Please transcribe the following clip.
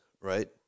right